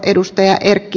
arvoisa puhemies